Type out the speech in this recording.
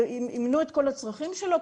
ימנו את כל הצרכים שלו,